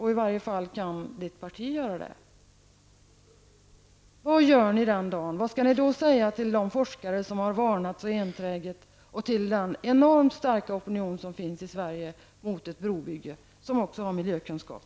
I varje fall kan hans parti göra det. Vad gör ni den dagen? Vad skall ni då säga till de forskare som har varnat så enträget och till den enormt starka opinion som finns i Sverige mot ett brobygge och som också har miljökunskap?